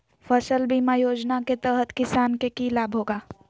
फसल बीमा योजना के तहत किसान के की लाभ होगा?